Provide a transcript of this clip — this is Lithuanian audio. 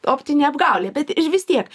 optinė apgaulė bet ir vis tiek